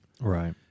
Right